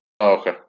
Okay